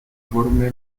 forme